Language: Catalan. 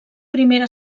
primera